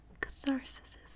catharsis